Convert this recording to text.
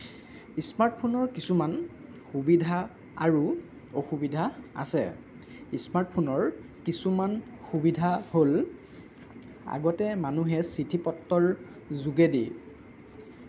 স্মাৰ্টফোনৰ কিছুমান সুবিধা আৰু অসুবিধা আছে স্মাৰ্টফোনৰ কিছুমান সুবিধা হ'ল আগতে মানুহে চিঠি পত্ৰৰ যোগেদি